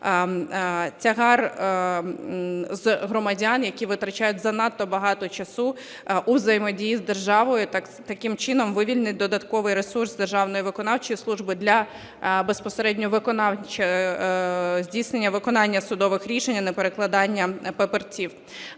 тягар з громадян, які витрачають занадто багато часу у взаємодії з державою, таким чином вивільнить додатковий ресурс з державної виконавчої служби для безпосередньо здійснення виконання судових рішень, а не перекладання папірців.